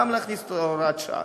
גם להכניס הוראת שעה,